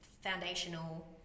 foundational